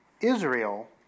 Israel